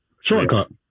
Shortcut